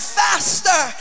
faster